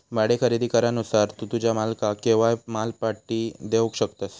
भाडे खरेदी करारानुसार तू तुझ्या मालकाक केव्हाय माल पाटी देवक शकतस